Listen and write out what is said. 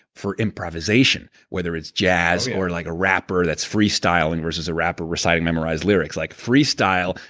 for improvisation, whether it's jazz or like a rapper that's freestyling versus a rapper reciting memorized lyrics. like freestyle,